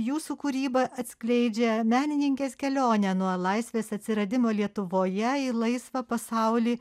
jūsų kūryba atskleidžia menininkės kelionę nuo laisvės atsiradimo lietuvoje į laisvą pasaulį